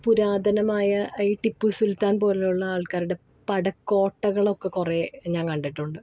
പുരാതനമായ ഈ ടിപ്പു സുൽത്താൻ പോലെ ഉള്ള ആൾക്കാരുടെ പടക്കോട്ടകളൊക്കെ കുറേ ഞാൻ കണ്ടിട്ടുണ്ട്